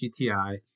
GTI